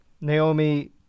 Naomi